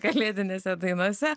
kalėdinėse dainose